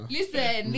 Listen